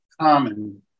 common